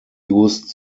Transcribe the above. used